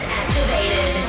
activated